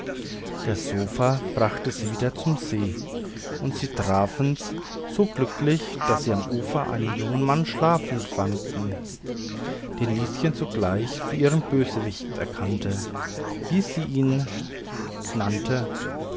das sofa brachte sie wieder zum see und sie trafen's so glücklich daß sie am ufer einen jungen mann schlafend fanden den lieschen sogleich für ihren bösewicht erkannte wie sie ihn nannte